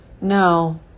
No